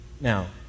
Now